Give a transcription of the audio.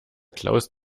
klaus